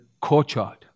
courtyard